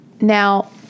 Now